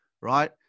right